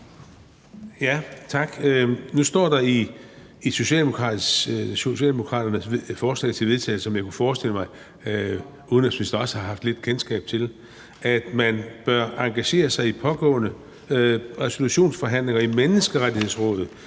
Tak. Nu står det i Socialdemokraternes forslag til vedtagelse, som jeg kunne forestille mig udenrigsministeren også har haft lidt kendskab til, at man bør engagere sig i pågående resolutionsforhandlinger i Menneskerettighedsrådet